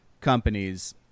companies